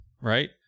Right